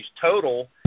total